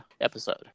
episode